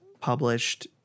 published